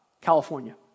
California